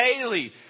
daily